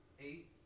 Eight